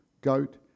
goat